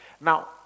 Now